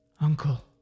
Uncle